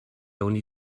only